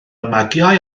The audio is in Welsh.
magiau